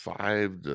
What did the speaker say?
Five